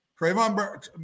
Trayvon